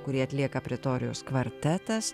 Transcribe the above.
kurį atlieka pretorijos kvartetas